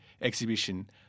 exhibition